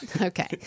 Okay